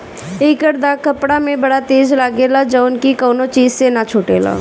एकर दाग कपड़ा में बड़ा तेज लागेला जउन की कवनो चीज से ना छुटेला